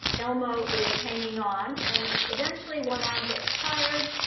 elmo is hanging on. and eventually, one arm gets tired.